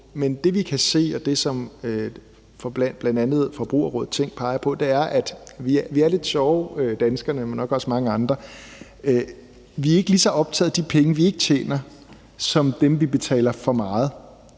men det, vi kan se, og det, som bl.a. Forbrugerrådet Tænk peger på, er, at vi danskere, men nok også mange andre, er lidt sjove: Vi er ikke lige så optaget af de penge, vi ikke tjener, som dem, vi betaler for meget.